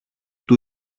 του